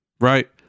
right